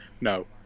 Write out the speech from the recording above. no